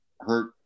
hurt